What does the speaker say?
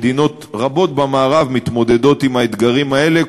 ומדינות רבות במערב מתמודדות עם האתגרים האלה,